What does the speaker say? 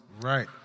Right